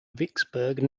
vicksburg